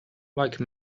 like